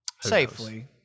Safely